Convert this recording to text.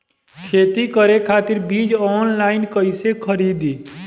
खेती करे खातिर बीज ऑनलाइन कइसे खरीदी?